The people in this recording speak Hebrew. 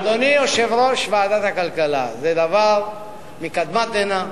אדוני יושב-ראש ועדת הכלכלה, זה דבר מקדמת דנא.